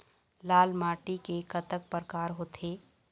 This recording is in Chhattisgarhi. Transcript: लाल माटी के कतक परकार होथे?